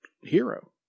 hero